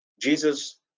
Jesus